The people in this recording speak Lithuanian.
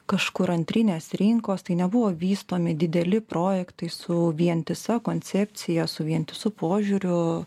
kažkur antrinės rinkos tai nebuvo vystomi dideli projektai su vientisa koncepcija su vientisu požiūriu